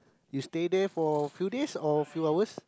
you stay there for few days or few hours